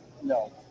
no